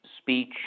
speech